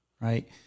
right